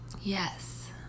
Yes